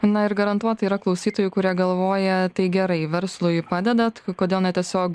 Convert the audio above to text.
na ir garantuotai yra klausytojų kurie galvoja tai gerai verslui padedat kodėl ne tiesiog